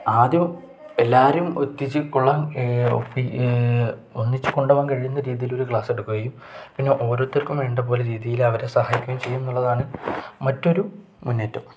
ആദ്യം എല്ലാവരും ഒത്തിച്ചു കൊള്ളൻ ഒന്നിച്ചു കഴിയുന്ന രീതിയിൽ ഒരു ക്ലാസ് എടുക്കുകയും പിന്നെ ഓരോരുത്തർക്കും വേണ്ടപോലെ രീതിയിൽ അവരെ സഹായിക്കുകയും ചെയ്യുന്നുള്ളതാണ് മറ്റൊരു മുന്നേറ്റം